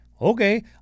Okay